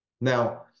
Now